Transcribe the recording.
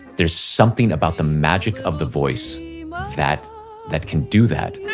there's something about the magic of the voice that that can do that